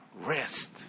Rest